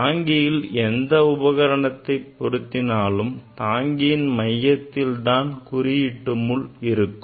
தாங்கியில் எந்த உபகரணத்தை பொருத்தினாலும் தாங்கியின் மையத்தில் தான் குறியீட்டு முள் இருக்கும்